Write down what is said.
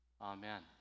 Amen